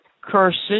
curses